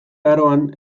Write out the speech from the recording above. aroan